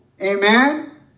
Amen